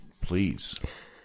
please